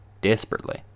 desperately